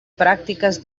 pràctiques